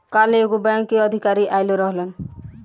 काल्ह एगो बैंक के अधिकारी आइल रहलन